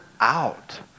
out